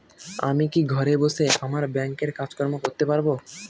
আমি কি ঘরে বসে আমার ব্যাংকের কাজকর্ম করতে পারব?